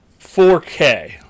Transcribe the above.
4K